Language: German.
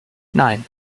nein